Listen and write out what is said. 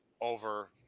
over